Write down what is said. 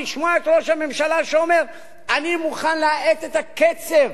לשמוע את ראש הממשלה שאומר: אני מוכן להאט את קצב